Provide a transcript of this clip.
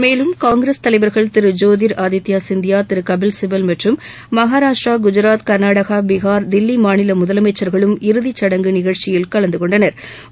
மேலும் காங்கிரஸ் தலைவர்கள் திரு ஜோதிர் ஆதித்யா சிந்தியா திரு கபில் சிபில் மற்றும் மகாராஷ்டிரா குஜராத் கா்நாடகா பீகா் தில்லி மாநில முதலமைச்சர்களும் இறதிச் சடங்கு நிகழ்ச்சியில் கலந்தகொண்டனா்